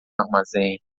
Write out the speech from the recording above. armazém